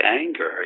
anger